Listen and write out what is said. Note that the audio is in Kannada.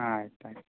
ಹಾಂ ಆಯ್ತು ಆಯ್ತು